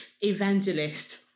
evangelist